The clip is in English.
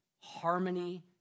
harmony